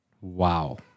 Wow